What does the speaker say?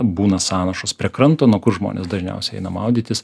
būna sąnašos prie kranto nu kur žmonės dažniausiai eina maudytis